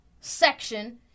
section